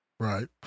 Right